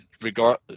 regard